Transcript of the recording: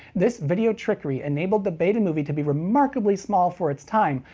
this video trickery enabled the betamovie to be remarkably small for its time,